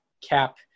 cap